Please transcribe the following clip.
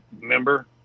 member